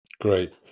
Great